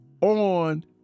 On